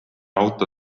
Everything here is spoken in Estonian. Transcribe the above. auto